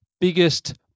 biggest